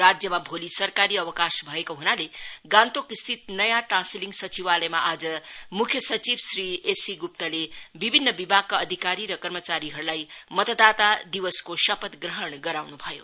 राज्यमा भोलि सरकारी अवकाश भएको हुनाले गान्तोकस्थित नयाँ टासीलिङ सचिवालयमा आज मुख्य सचिव श्री एससी गुप्ताले विभिन्न विभागका अधिकारी र कर्मचारीहरूलाई मतदाता दिवसको शपथ ग्रहण गराउनु भयो